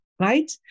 right